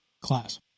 class